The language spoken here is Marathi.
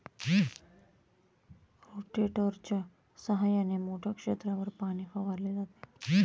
रोटेटरच्या सहाय्याने मोठ्या क्षेत्रावर पाणी फवारले जाते